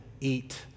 eat